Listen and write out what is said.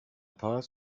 paz